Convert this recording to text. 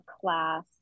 class